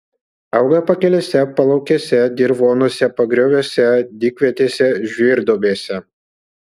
auga pakelėse palaukėse dirvonuose pagrioviuose dykvietėse žvyrduobėse